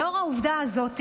לנוכח העובדה הזאת,